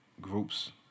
groups